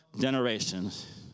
generations